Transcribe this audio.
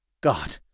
God